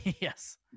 Yes